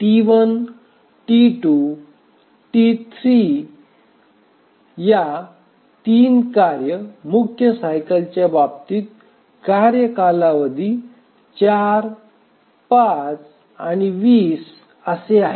T1 T2 T3 या 3 कार्ये मुख्य सायकलच्या बाबतीत कार्य कालावधी 4 5 आणि 20 असे आहेत